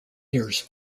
years